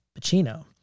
Pacino